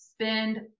spend